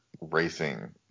racing